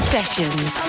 Sessions